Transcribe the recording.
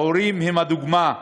ההורים הם הדוגמה.